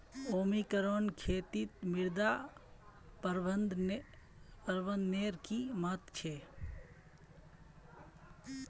organic खेतीत मृदा प्रबंधनेर कि महत्व छे